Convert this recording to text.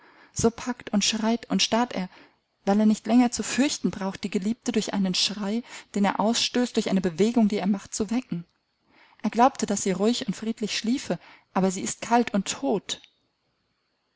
so packt und schreit und starrt er weil er nicht länger zu fürchten braucht die geliebte durch einen schrei den er ausstößt durch eine bewegung die er macht zu wecken er glaubte daß sie ruhig und friedlich schliefe aber sie ist kalt und tot